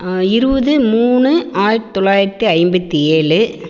இருபது மூணு ஆயிரத்தி தொள்ளாயிரத்தி ஐம்பத்தி ஏழு